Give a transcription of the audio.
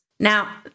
Now